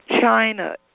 China